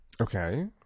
Okay